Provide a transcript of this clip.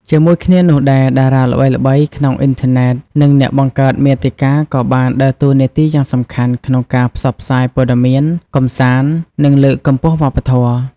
ជាមួយគ្នានោះដែរ តារាល្បីៗក្នុងអ៊ីនធឺណិត និងអ្នកបង្កើតមាតិកាក៏បានដើរតួនាទីយ៉ាងសំខាន់ក្នុងការផ្សព្វផ្សាយព័ត៌មាន កម្សាន្ត និងលើកកម្ពស់វប្បធម៌។